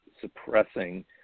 suppressing